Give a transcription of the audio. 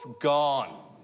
gone